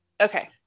okay